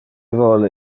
vole